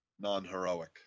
non-heroic